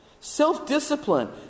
Self-discipline